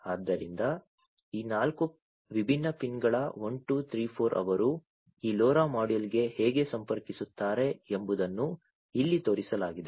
ಆದ್ದರಿಂದ ಈ ನಾಲ್ಕು ವಿಭಿನ್ನ ಪಿನ್ಗಳ 1 2 3 4 ಅವರು ಈ LoRa ಮಾಡ್ಯೂಲ್ಗೆ ಹೇಗೆ ಸಂಪರ್ಕಿಸುತ್ತಾರೆ ಎಂಬುದನ್ನು ಇಲ್ಲಿ ತೋರಿಸಲಾಗಿದೆ